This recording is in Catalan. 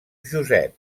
josep